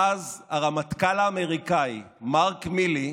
ואז, הרמטכ"ל האמריקאי, מארק מילי,